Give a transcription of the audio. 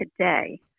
today